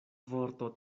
vorto